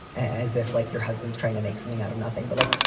as if, like, your husband's trying to make something out of nothing. but like,